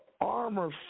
armor